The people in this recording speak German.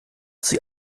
sie